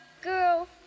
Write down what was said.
girl